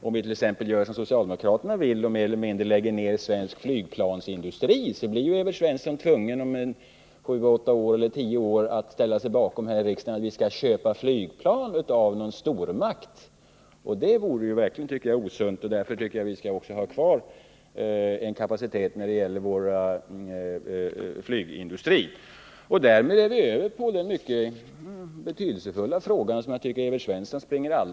Om vi t.ex. gör som socialdemokraterna vill och mer eller mindre lägger ner svensk flygplansindustri, blir Evert Svensson om sju, åtta eller tio år tvungen att här i riksdagen ställa sig bakom att vi skall köpa flygplan av någon stormakt. Det vore verkligen osunt, och därför tycker jag att vi skall ha kvar en kapacitet när det gäller vår flygindustri. Därmed kommer vi över till en mycket betydelsefull fråga, som jag tycker att Evert Svensson springer ifrån.